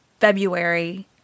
February